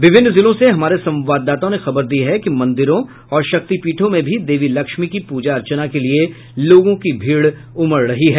विभिन्न जिलों से हमारे संवाददाताओं ने खबर दी है कि मंदिरों और शक्तिपीठों में भी देवी लक्ष्मी की पूजा अर्चना के लिये लोगों की भीड़ उमड़ रही है